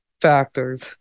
factors